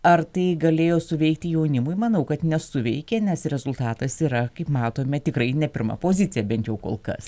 ar tai galėjo suveikti jaunimui manau kad nesuveikė nes rezultatas yra kaip matome tikrai ne pirma pozicija bent jau kol kas